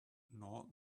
nor